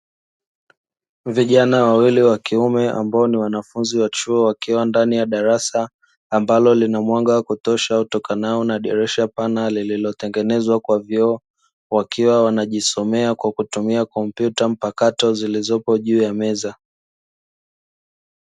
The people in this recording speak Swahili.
Vijana wawili wakiume ambao ni wanafunzi wa chuo wakiwa ndani ya darasa ambalo lina mwanga wa kutosha utokanao na dirisha pana lililotengenezwa kwa vioo, wakiwa wanajisomea kwa kutumia kompyuta mpakato zilizopo juu ya meza.